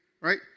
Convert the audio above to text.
right